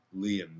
Liam